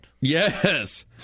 Yes